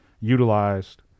utilized